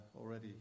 already